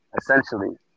essentially